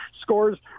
Scores